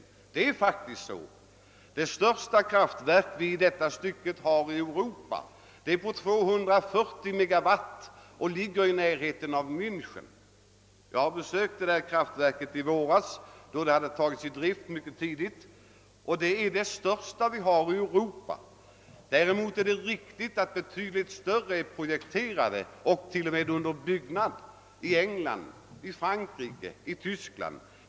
Det största kraftverk vi har i Europa är på 240 megawatt och ligger i närheten av Mänchen. Jag besökte det kraftverket i våras då det hade tagits i drift. Däremot är det riktigt att betydligt större kraftverk är projekterade och t.o.m. under byggnad i England, i Frankrike och i Tyskland.